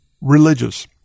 religious